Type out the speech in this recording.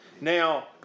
Now